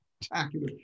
spectacular